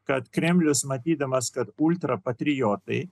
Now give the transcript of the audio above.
kad kremlius matydamas kad ultrapatriotai